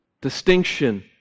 Distinction